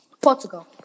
portugal